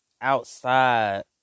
outside